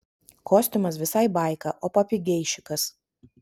kostiumas visai baika o papigeišikas